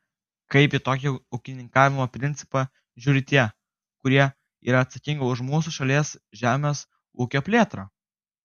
kaip į tokį ūkininkavimo principą žiūri tie kurie yra atsakingi už mūsų šalies žemės ūkio plėtrą